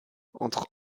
entre